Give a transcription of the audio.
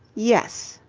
yes.